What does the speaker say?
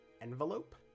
envelope